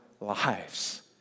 lives